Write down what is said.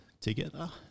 together